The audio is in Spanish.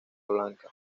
blanca